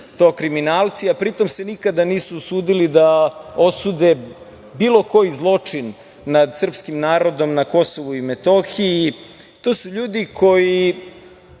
su kriminalci, a pri tome se nikada nisu usudili da osude bilo koji zločin nad srpskim narodom na Kosovu i Metohiji. To su ljudi koji